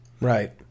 Right